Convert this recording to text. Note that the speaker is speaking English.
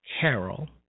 carol